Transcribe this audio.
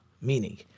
Meaning